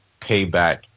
payback